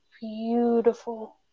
beautiful